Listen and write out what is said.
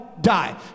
die